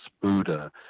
Buddha